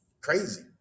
crazy